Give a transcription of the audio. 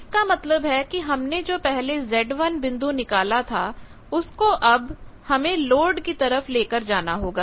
इसका मतलब है कि हमने जो पहले z1 बिंदु निकाला था उसको अब हमें लोड की तरफ ले कर जाना होगा